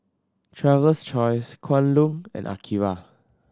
Traveler's Choice Kwan Loong and Akira